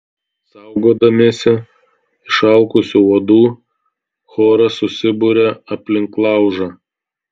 saugodamiesi išalkusių uodų choras susiburia aplink laužą